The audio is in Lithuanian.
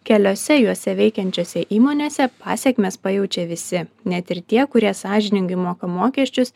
keliuose juose veikiančiose įmonėse pasekmes pajaučia visi net ir tie kurie sąžiningai moka mokesčius